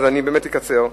אני באמת אקצר.